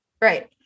right